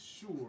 sure